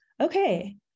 okay